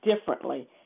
differently